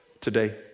today